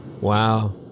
Wow